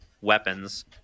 weapons